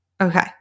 Okay